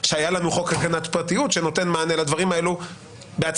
שהיה לנו חוק הגנת פרטיות שנותן מענה לדברים האלו בעצמנו,